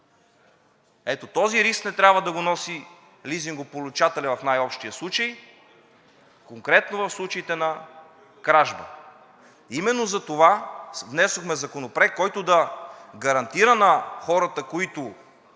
Ето този риск не трябва да го носи лизингополучателят в най-общия случай, конкретно в случаите на кражба. Именно затова внесохме Законопроект, който да гарантира на хората, които